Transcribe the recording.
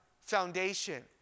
foundation